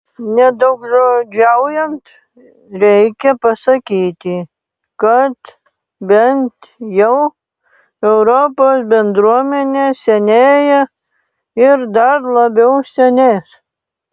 nedaugžodžiaujant reikia pasakyti kad bent jau europos bendruomenė senėja ir dar labiau senės